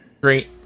Great